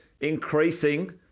increasing